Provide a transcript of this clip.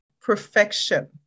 perfection